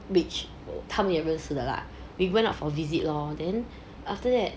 which 他们也认识的 lah we went out for visit lor then after that